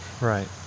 Right